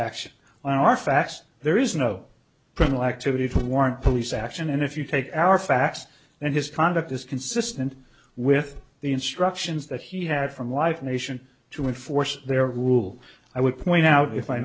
action on our facts there is no criminal activity to warrant police action and if you take our facts and his conduct is consistent with the instructions that he had from live nation to enforce their rule i would point out if i